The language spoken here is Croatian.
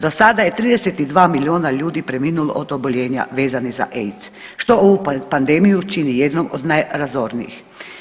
Do sada je 32 miliona ljudi preminulo od oboljenja vezanih za AIDS što ovu pandemiju čini jednom najrazornijih.